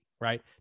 right